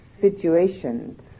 situations